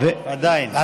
עדיין יו"ר.